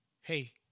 Hey